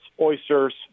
oysters